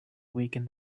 weaken